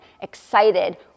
excited